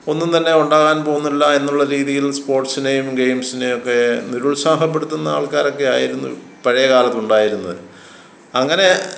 ഒന്നും തന്നെ ഉണ്ടാകാൻ പോകുന്നില്ല എന്നുള്ള രീതിയിൽ സ്പോർട്സിനേയും ഗെയിംസിനേയൊക്കെ നിരുത്സാഹപ്പെടുത്തുന്ന ആൾക്കാരൊക്കെ ആയിരുന്നു പഴയകാലത്തുണ്ടായിരുന്നത് അങ്ങനെ